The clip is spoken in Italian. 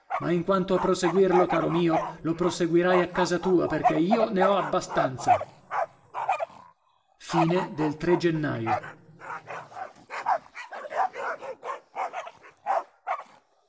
ma in quanto a proseguirlo caro mio lo proseguirai a casa tua perché io ne ho abbastanza gennaio